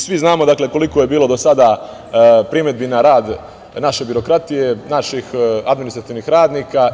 Svi znamo koliko je bilo do sada primedbi na rad naše birokratije, naših administrativnih radnika.